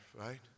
right